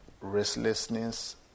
restlessness